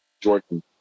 Jordan